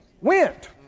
went